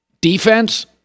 Defense